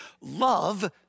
love